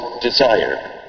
desire